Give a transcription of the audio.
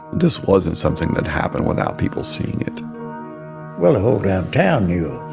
this wasn't something that happened without people seeing it well, the whole damn town knew.